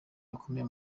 bakomeye